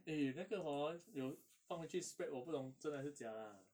eh 那个 hor 有放回去 spread 我不懂真的还是假啦